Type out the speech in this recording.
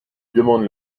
demande